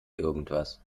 irgendwas